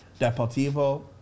Deportivo